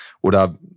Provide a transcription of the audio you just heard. oder